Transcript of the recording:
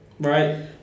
right